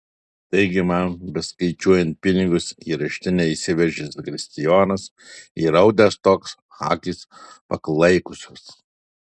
taigi man beskaičiuojant pinigus į raštinę įsiveržė zakristijonas įraudęs toks akys paklaikusios